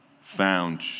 found